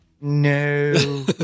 No